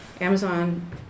Amazon